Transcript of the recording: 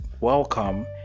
welcome